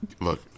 Look